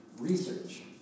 research